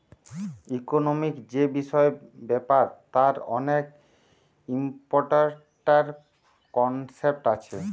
economic যে বিষয় ব্যাপার তার অনেক ইম্পরট্যান্ট কনসেপ্ট আছে